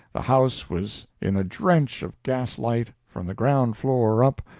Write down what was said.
the house was in a drench of gas light from the ground floor up,